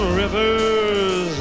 rivers